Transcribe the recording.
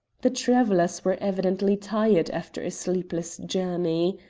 the travellers were evidently tired after a sleepless journey.